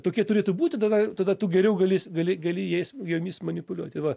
tokie turėtų būti tada tada tu geriau galis gali gali jais jomis manipuliuoti va